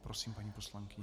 Prosím, paní poslankyně.